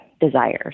desires